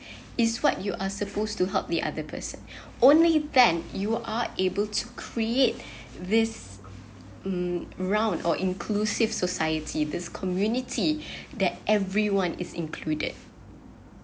is what you are supposed to help the other person only then you are able to create this mm round or inclusive society this community that everyone is included